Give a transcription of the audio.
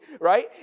right